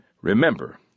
Remember